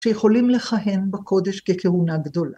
‫שיכולים לכהן בקודש ככהונה גדולה.